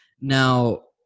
Now